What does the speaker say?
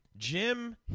Jim